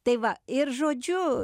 tai va ir žodžiu